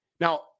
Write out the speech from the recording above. Now